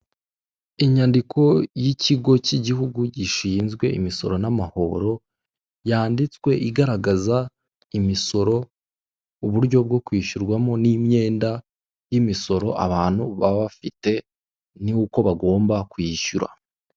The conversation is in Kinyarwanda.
Inyandiko y'ikigo cy'igihugu gishinzwe imisoro n'amahoro yanditswe igaragaza imisoro uburyo bwo kwishyurwamo n'imyenda y'imisoro abantu baba bafite n'uko bagomba kwishyura.